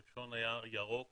הראשון היה ירוק